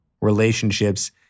relationships